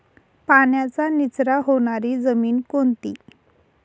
पाण्याचा निचरा होणारी जमीन कोणती?